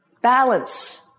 Balance